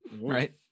Right